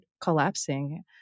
collapsing